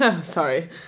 Sorry